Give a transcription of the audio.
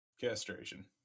Castration